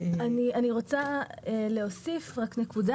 אני רוצה להוסיף נקודה.